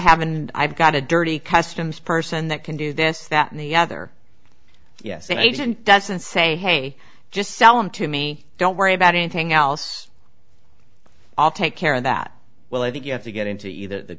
haven't i've got a dirty customs person that can do this that and the other yes agent doesn't say hey just sell them to me don't worry about anything else i'll take care of that well i think you have to get into the the